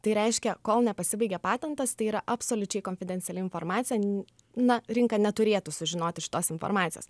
tai reiškia kol nepasibaigė patentas tai yra absoliučiai konfidenciali informacijai n na rinka neturėtų sužinoti šitos informacijos